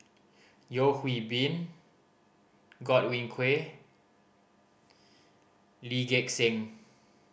Yeo Hwee Bin Godwin Koay Lee Gek Seng